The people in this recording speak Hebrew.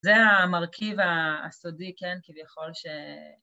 זה המרכיב הסודי, כן, כביכול ש...